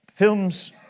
Films